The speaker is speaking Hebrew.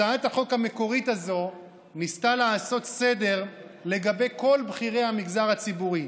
הצעת החוק המקורית הזאת ניסתה לעשות סדר לגבי כל בכירי המגזר הציבורי,